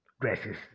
dresses